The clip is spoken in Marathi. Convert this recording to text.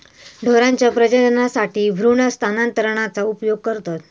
ढोरांच्या प्रजननासाठी भ्रूण स्थानांतरणाचा उपयोग करतत